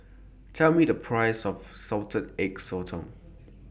Tell Me The Price of Salted Egg Sotong